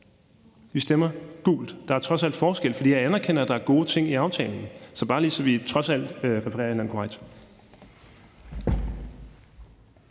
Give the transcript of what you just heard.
vi stemmer gult; der er trods alt forskel. For jeg anerkender, der er gode ting i aftalen – bare lige så vi trods alt refererer hinanden korrekt.